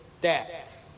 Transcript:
deaths